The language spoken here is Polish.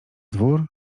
dwór